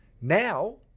Now